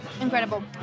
Incredible